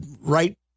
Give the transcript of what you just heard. right